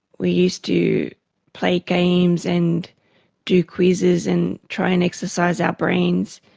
we used to play games and do quizzes and try and exercise our brains,